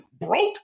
broke